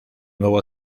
nuevo